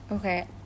Okay